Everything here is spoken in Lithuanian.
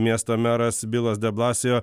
miesto meras bilas de blasio